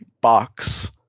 box